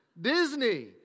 Disney